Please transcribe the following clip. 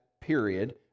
period